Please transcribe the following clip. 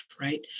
right